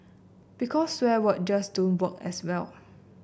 because swear word just don't work as well